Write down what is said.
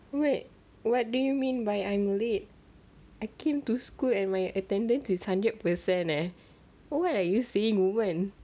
wait what do you mean by I am late I came to school and my attendance is hundred percent leh oh what are you saying woman